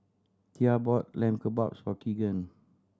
Thea bought Lamb Kebabs for Keegan